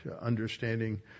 understanding